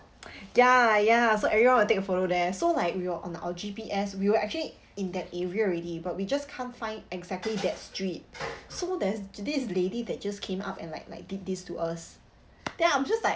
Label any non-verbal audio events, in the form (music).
(breath) ya ya so everyone will take a photo there so like we're on our G_P_S we were actually in that area already but we just can't find exactly that street (noise) so there's this lady that just came up and like like did this to us then I'm just like